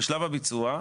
בשלב הביצוע,